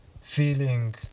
Feeling